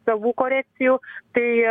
savų korekcijų tai